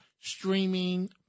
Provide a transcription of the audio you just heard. streaming